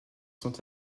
sont